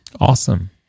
Awesome